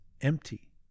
empty